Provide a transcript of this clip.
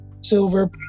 silver